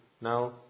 now